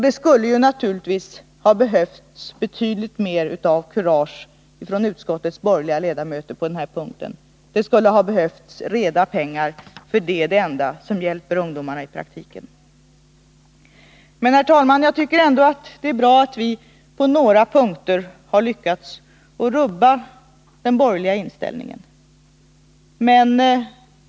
Det skulle naturligtvis ha behövts betydligt mer kurage från utskottets borgerliga ledamöter på denna punkt. Det skulle framför allt ha behövts reda pengar, för det är det enda som i praktiken hjälper ungdomarna. Men, herr talman, jag tycker ändå att det är bra att vi på några punkter har lyckats rubba den borgerliga inställningen.